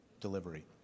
delivery